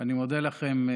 אני מודה לכם,